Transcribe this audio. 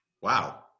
Wow